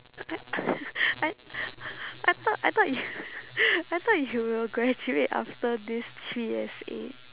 I I I thought I thought you I thought you will graduate after this three essay